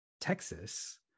Texas